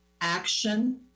action